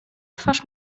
twarz